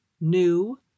new